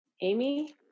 Amy